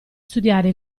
studiare